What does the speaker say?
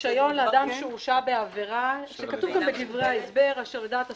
רישיון לאדם שהורשע בעבירה" שכתוב גם בדברי ההסבר "אשר לדעת השר,